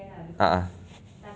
a'ah